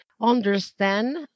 understand